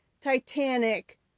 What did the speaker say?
titanic